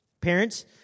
Parents